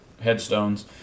headstones